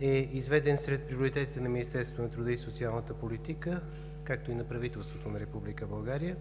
е изведен сред приоритетите на Министерство на труда и социалната политика, както и на правителството на Република България.